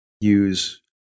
use